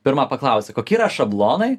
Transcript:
pirma paklausi koki yra šablonai